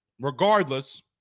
Regardless